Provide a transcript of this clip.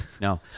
No